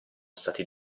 stati